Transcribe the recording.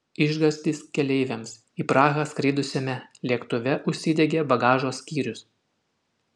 išgąstis keleiviams į prahą skridusiame lėktuve užsidegė bagažo skyrius